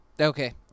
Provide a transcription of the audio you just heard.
Okay